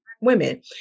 women